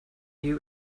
you